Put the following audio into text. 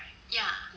ya